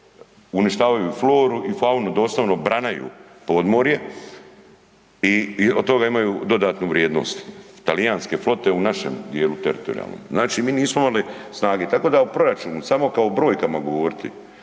uništavaju floru i faunu, doslovno branaju podmorje i od toga imaju dodatnu vrijednost. Talijanske flote u našem dijelu teritorijalnom. Znači mi nismo imali snage. Tako da u proračunu, samo kao brojkama govoriti,